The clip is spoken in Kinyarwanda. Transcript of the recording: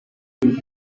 yagize